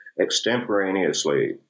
extemporaneously